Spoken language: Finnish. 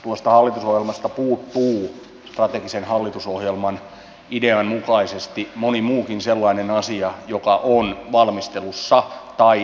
tuosta hallitusohjelmasta puuttuu strategisen hallitusohjelman idean mukaisesti moni muukin sellainen asia joka on valmistelussa tai se etenee